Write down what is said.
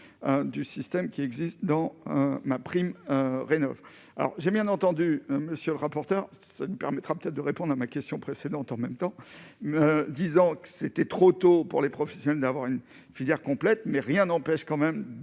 du système qui existe dans un ma prime, alors j'ai bien entendu un monsieur le rapporteur, ça nous permettra peut-être de répondre à ma question précédente en même temps, disant que c'était trop tôt pour les professionnels, d'avoir une filière complète, mais rien n'empêche quand même